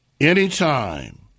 anytime